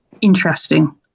interesting